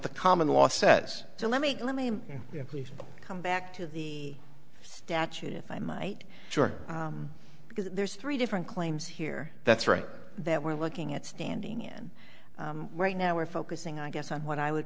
the common law says so let me let me come back to the statute if i might short because there's three different claims here that's right that we're looking at standing in right now we're focusing i guess on what i would